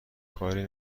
کاری